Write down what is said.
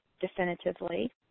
definitively